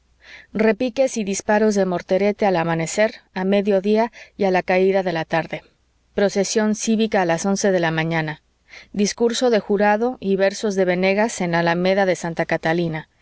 repiques y disparos de morterete al amanecer a medio día y a la caída de la tarde procesión cívica a las once de la mañana discurso de jurado y versos de venegas en la alameda de santa catalina